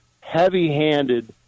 heavy-handed